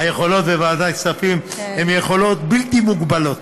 היכולות בוועדת הכספים הן יכולות בלתי מוגבלות,